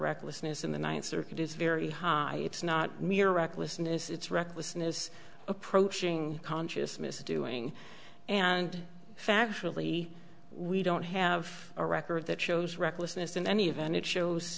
recklessness in the ninth circuit is very high it's not mere recklessness it's recklessness approaching conscious misdoing and factually we don't have a record that shows recklessness in any event it shows